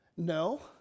No